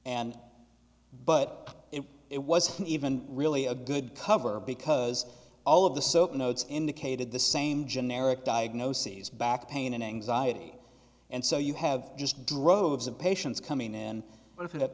and but it wasn't even really a good cover because all of the soap notes indicated the same generic diagnoses back pain and anxiety and so you have just droves of patients coming in